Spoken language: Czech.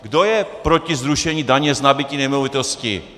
Kdo je proti zrušení daně z nabytí nemovitostí?